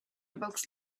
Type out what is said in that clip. evokes